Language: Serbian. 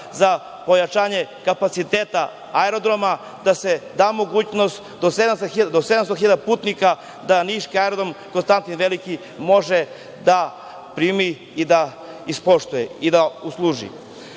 za pojačanje kapaciteta aerodroma, da se da mogućnost do 700.000 putnika da niški Aerodrom, može da primi i da ispoštuje i da usluži.